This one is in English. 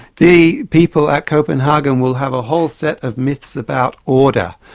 the people at copenhagen will have a whole set of myths about order,